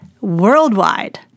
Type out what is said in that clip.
worldwide